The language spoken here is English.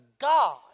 God